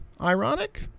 Ironic